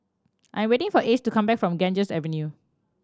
I am waiting for Ace to come back from Ganges Avenue